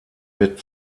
mit